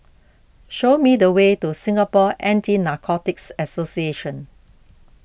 show me the way to Singapore Anti Narcotics Association